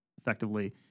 effectively